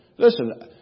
Listen